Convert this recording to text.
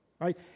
right